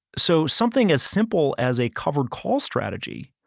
so something as simple as a covered call strategy.